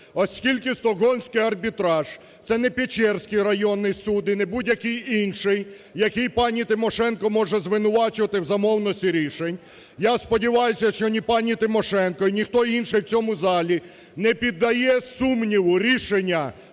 Оскільки Стокгольмський арбітраж, це не Печерський районний суд і не будь-який інший, який пані Тимошенко може звинувачувати в замовності рішень, я сподіваюсь, що ні пані Тимошенко, ніхто інший в цьому залі не піддає сумніву рішення